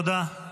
תודה.